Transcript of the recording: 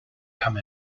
come